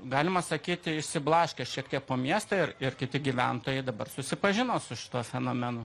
galima sakyti išsiblaškęs šiek tiek po miestą ir ir kiti gyventojai dabar susipažino su šituo fenomenu